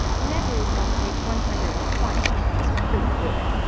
negri's on page one hundred and twenty is pretty good.